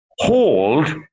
hold